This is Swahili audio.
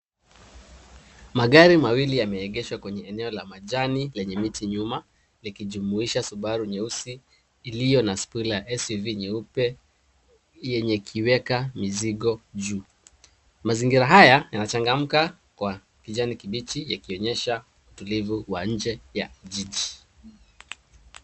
Magari mawili yameegeshwa kwenye eneo la majani lenye miti nyuma likijumuisha subaru nyeusi iliyo na spika, SUV nyeupe yenye kiweka mizigo juu. Mazingira haya yanachangamka kwa kijani kibichi yakionyesha utulivu wa nje ya jiji.